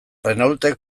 renaultek